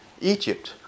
Egypt